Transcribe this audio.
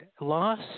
loss